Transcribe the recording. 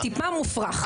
טיפה מופרך.